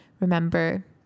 remember